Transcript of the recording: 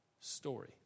story